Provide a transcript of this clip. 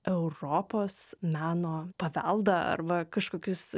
europos meno paveldą arba kažkokius